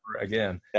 again